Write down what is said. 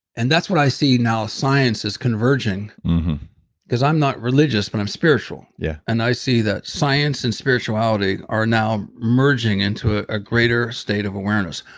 and that's what i see now science is converging because i'm not religious, but i'm spiritual. yeah and i see that science and spirituality are now merging into ah a greater state of awareness.